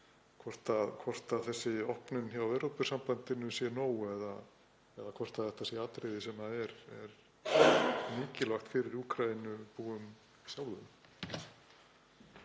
hvort þessi opnun hjá Evrópusambandinu sé nóg eða hvort þetta sé atriði sem er mikilvægt fyrir Úkraínubúa sjálfa.